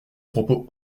propos